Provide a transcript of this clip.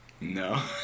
No